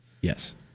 yes